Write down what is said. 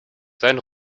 sein